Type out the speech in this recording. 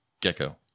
gecko